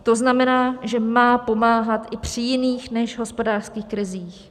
To znamená, že má pomáhat i při jiných než hospodářských krizích.